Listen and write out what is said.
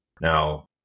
now